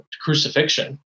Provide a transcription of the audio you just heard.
crucifixion